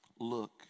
Look